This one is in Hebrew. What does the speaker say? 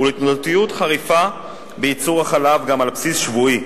ולתנודתיות חריפה בייצור החלב גם על בסיס שבועי.